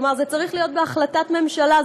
כלומר זה צריך להיות בהחלטת ממשלה,